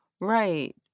Right